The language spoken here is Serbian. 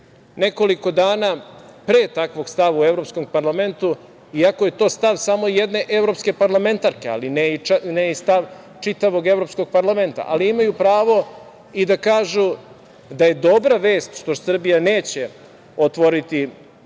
nekoliko dana pre takvog stava u Evropskom parlamentu i ako je to stav samo jedne evropske parlamentarke, ali ne i stav čitavog Evropskog parlamenta, ali imaju pravo i da kažu da je dobra vest što Srbija neće otvoriti